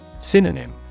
Synonym